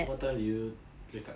what time did you wake up